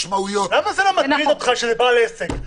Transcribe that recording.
למה זה לא מטריד אותך כשזה בעל עסק?